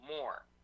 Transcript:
more